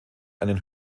einen